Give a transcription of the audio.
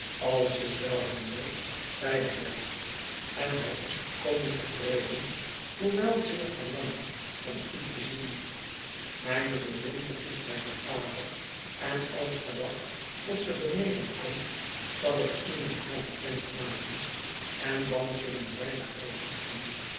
alles is wel handel zeide herbert en hij is volkomen tevreden hoewel zeer verlangend om u te zien mijne beminde is bij haar vader en als ge wacht tot ze beneden komt zal ik u met haar bekend maken en dan zullen wij naar boven gaan